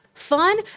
fun